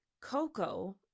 Coco